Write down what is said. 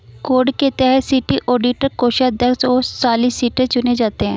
code के तहत city auditor, कोषाध्यक्ष और सॉलिसिटर चुने जाते हैं